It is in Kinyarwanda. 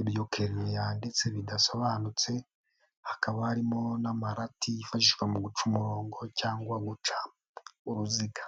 ibyo yanditse bidasobanutse, hakaba harimo n'amarati yifashishwa mu guca umurongo cyangwa guca uruziga.